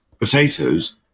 potatoes